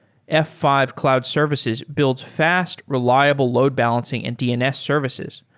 f five cloud services builds fast, reliable load-balancing and dns services.